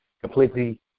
completely